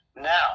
Now